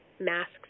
masks